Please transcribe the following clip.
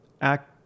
act